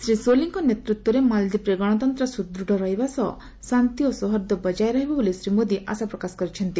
ଶ୍ରୀ ସୋଲିଙ୍କ ନେତୃତ୍ୱରେ ମାଲଦ୍ୱିପରେ ଗଣତନ୍ତ ସୁଦୃଢ ହେବା ସହ ଶାନ୍ତି ଓ ସୌହାର୍ଦ୍ଦ୍ୟ ବଜାୟ ରହିବ ବୋଲି ଶ୍ରୀ ମୋଦି ଆଶାପ୍ରକାଶ କରିଛନ୍ତି